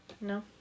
No